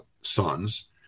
sons